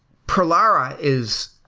prolara is